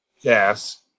gas